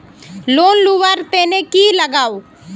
Loan लुवा र तने की लगाव?